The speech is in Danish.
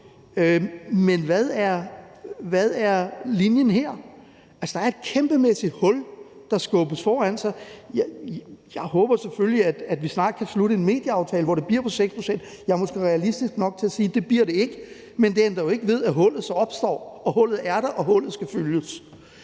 Men hvad er linjen her? Altså, der er et kæmpemæssigt hul, der skubbes foran. Jeg håber selvfølgelig, at vi snart kan afslutte en medieaftale, hvor det bliver på 6 pct. Jeg er måske realistisk nok til at sige, at det bliver det ikke, men det ændrer jo ikke ved, at hullet så opstår, og at hullet er der, og at hullet skal fyldes.